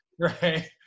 Right